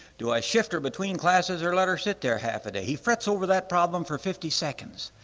do i shift her between classes or let her sit there half a day? he frets over that problem for fifty seconds,